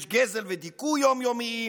יש גזל ודיכוי יום-יומיים.